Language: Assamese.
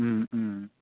ও ও